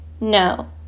no